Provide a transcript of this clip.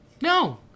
No